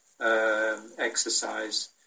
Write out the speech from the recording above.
exercise